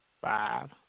Five